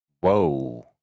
Whoa